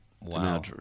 wow